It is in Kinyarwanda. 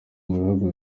mubihugu